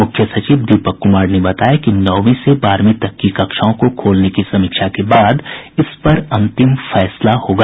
मुख्य सचिव दीपक कुमार ने बताया कि नौवीं से बारहवीं तक की कक्षाओं को खोलने की समीक्षा के बाद इस पर अंतिम फैसला होगा